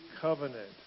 covenant